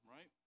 Right